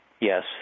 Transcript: Yes